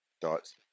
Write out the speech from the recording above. thoughts